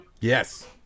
Yes